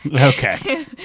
Okay